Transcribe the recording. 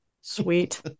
Sweet